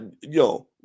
Yo